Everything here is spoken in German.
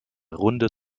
runde